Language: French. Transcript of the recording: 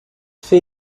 fait